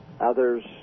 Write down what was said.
others